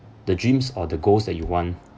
the dreams or the goals that you want